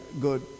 good